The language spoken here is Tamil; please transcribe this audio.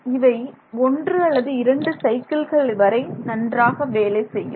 இவை ஒன்று அல்லது இரண்டு சைக்கிள்கள் வரை நன்றாக வேலை செய்யும்